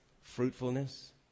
Fruitfulness